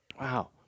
Wow